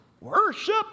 worship